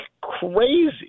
crazy